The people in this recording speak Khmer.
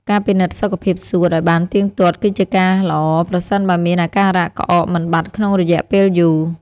ការពិនិត្យសុខភាពសួតឱ្យបានទៀងទាត់គឺជាការល្អ ប្រសិនបើមានអាការៈក្អកមិនបាត់ក្នុងរយៈពេលយូរ។